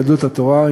יהדות התורה,